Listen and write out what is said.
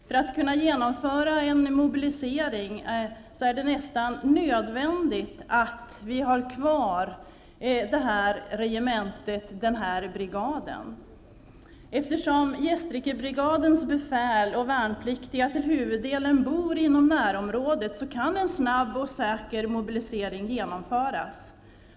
För att kunna genomföra en mobilisering är det nästan nödvändigt att vi behåller det här regementet, den här brigaden. Eftersom Gästrikebrigadens befäl och värnpliktiga till huvuddelen bor inom närområdet, kan en snabb och säker mobilisering genomföras.